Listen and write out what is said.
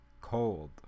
cold